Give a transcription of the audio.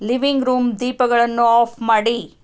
living room ದೀಪಗಳನ್ನು off ಮಾಡಿ